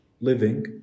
living